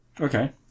Okay